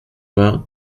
vingts